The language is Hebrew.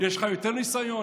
יש לך יותר ניסיון,